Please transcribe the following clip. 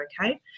okay